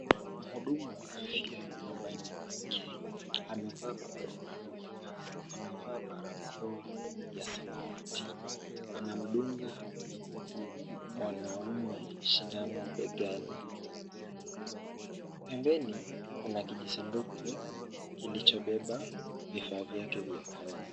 Mhudumu wa afya ambaye ni mwanamke, amevaa mavazi maalum ya kazi. Amevaa barakoa. Anamdunga mwanaume sindano begani. Pembeni kuna kijisanduku kilichobeba vifaa vyake vya kazi.